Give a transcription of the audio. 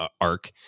arc